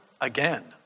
again